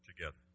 together